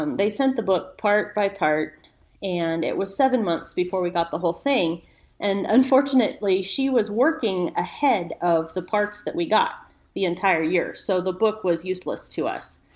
um they sent the book part by part and it was seven months before we got the whole thing and unfortunately, she was working ahead of the parts that we got the entire year so the book was useless to us.